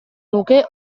nuke